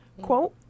Quote